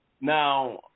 Now